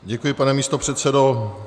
Děkuji, pane místopředsedo.